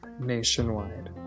nationwide